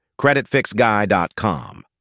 CreditFixGuy.com